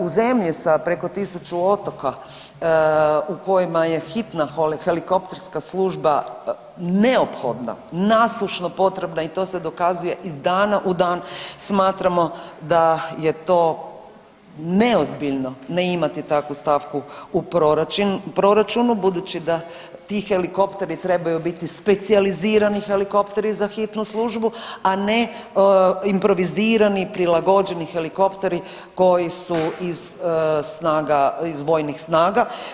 U zemlji sa preko 1000 otoka u kojima je hitna helikopterska služba neophodna, nasušno potrebna i to se dokazuje iz dana u dan smatramo da je to neozbiljno ne imati takvu stavku u proračunu budući da ti helikopteri trebaju biti specijalizirani helikopteri za hitnu službu, a ne improvizirani, prilagođeni helikopteri koji su iz snaga, iz vojnih snaga.